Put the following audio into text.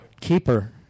keeper